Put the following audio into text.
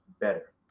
better